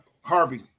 Harvey